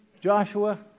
Joshua